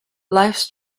lifes